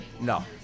No